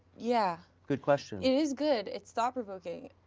yeah. good question it is good, it's thought provoking.